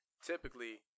typically